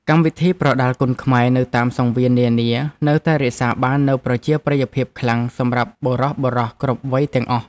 កម្មវិធីប្រដាល់គុនខ្មែរនៅតាមសង្វៀននានានៅតែរក្សាបាននូវប្រជាប្រិយភាពខ្លាំងសម្រាប់បុរសៗគ្រប់វ័យទាំងអស់។